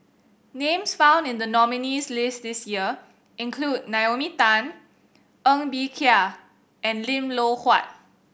names found in the nominees' list this year include Naomi Tan Ng Bee Kia and Lim Loh Huat